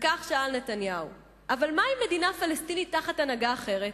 וכך שאל נתניהו: "אבל מה עם מדינה פלסטינית תחת הנהגה אחרת,